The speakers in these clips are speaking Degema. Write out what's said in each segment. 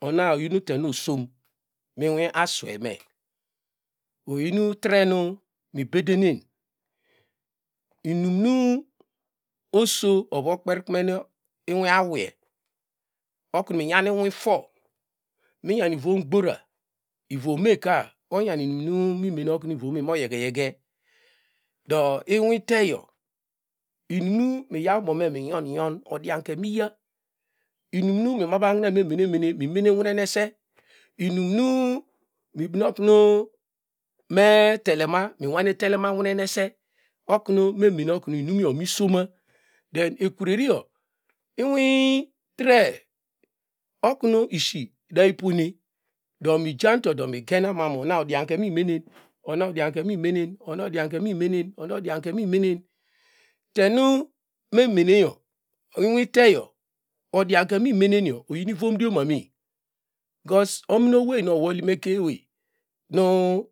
ona oyi tenu osom mi ini asweyme oyi treni nubedenen inime oso ovo kperkoren inwi awiye oknu miyan inifuom miyan vongbora womeka onyan inun ivome moyege yege do inwiteyo inun iyaw bome injon inijon odianke inum nu mi mahanne mene mene mi mene nwunese inum nu enane kru mi telema minwe telema nueruse oknu inumyo misoma then ekure nyo inwi tre okun ishi dai phone do mijanuto do mugenena odianke nun mimenen ono dianke nu menen ona odake nu imenen tenu memeneyo inwi teyo odiake mi menenyo oyin ivomdioma me because omini owey nu owol yimekemaey nu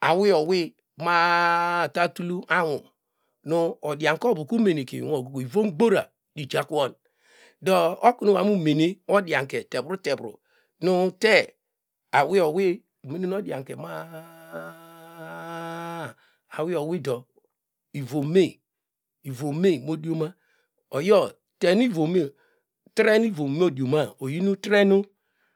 awiye owiy ma- a- tatul anwun nu odianke ovuka umenekeinwino ivomgbora ijiakuwon do oknu wo aso mo mene odianke tevruteru nu te awiye owy mi menen odiyake ma- a- a- a awiye owido irome ivome modioma oyo tenivome trenu ivom odiona oyin tre nu.